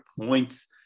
points